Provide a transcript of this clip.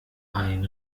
ein